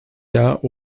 jahr